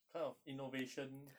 kind of innovation